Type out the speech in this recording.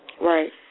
Right